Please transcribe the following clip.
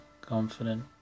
confident